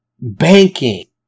banking